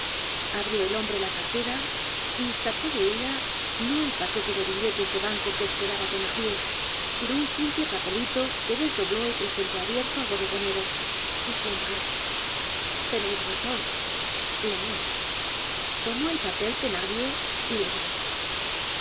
abrió el hombre la cartera y sacó de ella no el paquete de billetes de banco que esperaba thenardicr sino un simple papelito que desdobló y presentó abierto al bodegonero diciéndole r tenéis razon leed tomó el papel thenardier y leyó